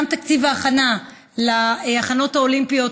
גם התקציב להכנות האולימפיות,